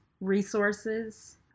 resources